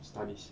studies